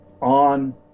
on